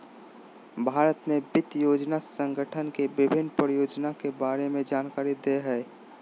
भारत में वित्त योजना संगठन के विभिन्न परियोजना के बारे में जानकारी दे हइ